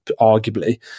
arguably